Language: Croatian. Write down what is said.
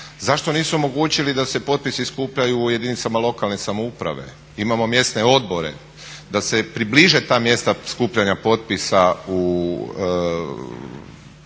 zašto nisu omogućili da se potpisi skupljaju u jedinicama lokalne samouprave. Imamo mjesne odbore, da se približe ta mjesta skupljanja potpisa tamo